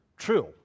true